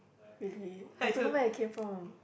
really I don't know where it came from